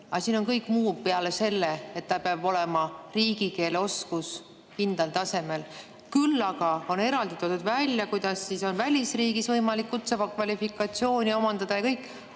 Aga siin on kõik muu peale selle, et tal peab olema riigikeele oskus kindlal tasemel. Küll on eraldi toodud välja, kuidas on välisriigis võimalik kutsekvalifikatsiooni omandada, aga